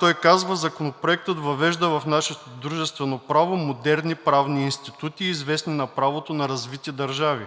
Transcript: Той казва: „Законопроектът въвежда в нашето дружествено право модерни правни институти, известни на правото на развити държави,